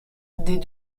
des